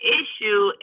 issue